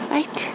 Right